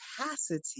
capacity